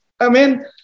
Amen